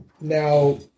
Now